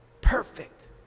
perfect